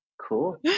Cool